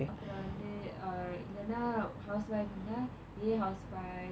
அப்புறம் வந்து:appuram vanthu uh இல்லனா:illanaa housewife இருந்தா ஏன்:iruntha yaen housewife